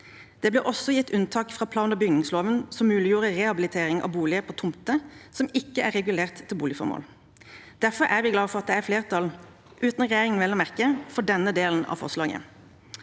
Det ble også gitt unntak fra plan- og bygningsloven som muliggjorde rehabilitering av boliger på tomter som ikke er regulert til boligformål. Derfor er vi glad for at det er flertall – uten regjeringen, vel å merke – for denne delen av forslaget.